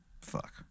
Fuck